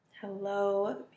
hello